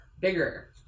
bigger